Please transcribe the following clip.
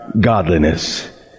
godliness